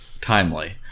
timely